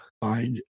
find